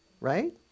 right